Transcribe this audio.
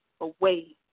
away